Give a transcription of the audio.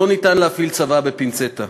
לא ניתן להפעיל צבא בפינצטה.